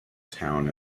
town